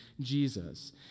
Jesus